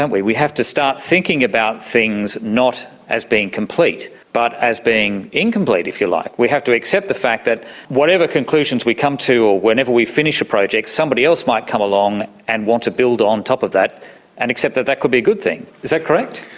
don't we, we have to start thinking about things not as being complete but as being incomplete, if you like. we have to accept the fact that whatever conclusions we come to or whenever we finish a project, somebody else might come along and want to build on top of that and accept that that could be a good thing. is that correct?